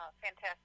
fantastic